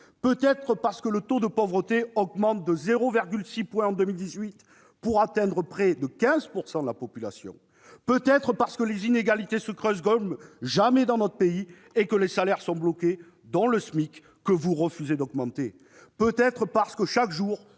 Peut-être parce que le taux de pauvreté augmente de 0,6 point en 2018, pour atteindre près de 15 % de la population. Peut-être parce que les inégalités se creusent comme jamais dans notre pays et que les salaires, dont le SMIC, que vous refusez d'augmenter, sont bloqués. Peut-être parce que, chaque jour,